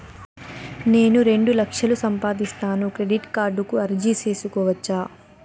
నేను రెండు లక్షలు సంపాదిస్తాను, క్రెడిట్ కార్డుకు అర్జీ సేసుకోవచ్చా?